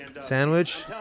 sandwich